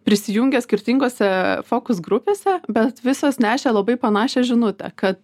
prisijungė skirtingose fokus grupėse bet visos nešė labai panašią žinutę kad